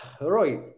right